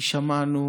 כי שמענו